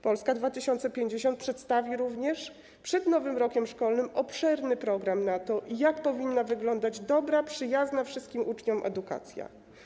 Polska 2050 przedstawi również przed nowym rokiem szkolnym obszerny program, jak powinna wyglądać dobra, przyjazna wszystkim uczniom edukacja.